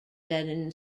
lennon